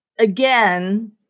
again